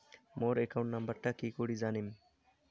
মোর account নাম্বারটা কি করি জানিম?